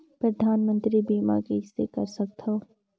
परधानमंतरी बीमा कइसे कर सकथव?